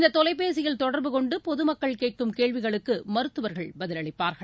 இந்த தொலைபேசியில் தொடர்பு கொண்டு பொதுமக்கள் கேட்கும் கேள்விகளுக்கு மருத்துவர்கள் பதிலளிப்பார்கள்